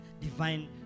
divine